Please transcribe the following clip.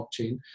blockchain